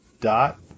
Dot